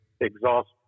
exhaust